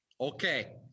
Okay